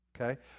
Okay